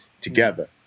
together